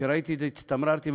כשראיתי את זה הצטמררתי,